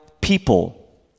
people